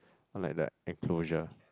oh like the enclosure